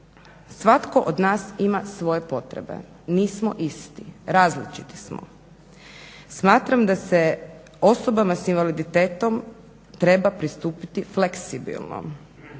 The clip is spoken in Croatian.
Svatko od nas ima svoje potrebe, nismo isti, različiti smo. Smatram da se osobama s invaliditetom treba pristupiti fleksibilno.